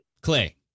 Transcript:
clay